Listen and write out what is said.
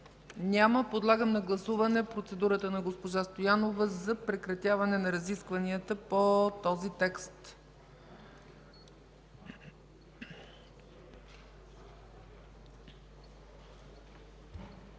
Няма. Подлагам на гласуване процедурата на госпожа Стоянова за прекратяване на разискванията по този текст.